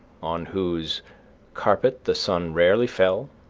on whose carpet the sun rarely fell,